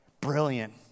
Brilliant